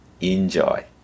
Enjoy